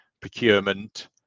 procurement